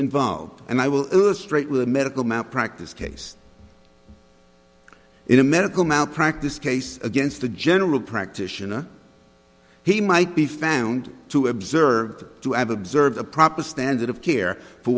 involved and i will illustrate with a medical malpractise case in a medical malpractise case against the general practitioner he might be found to observe to have observed the proper standard of care for